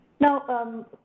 Now